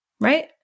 right